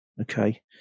Okay